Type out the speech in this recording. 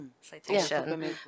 citation